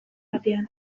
batean